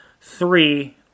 three